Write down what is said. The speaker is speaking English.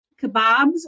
Kebabs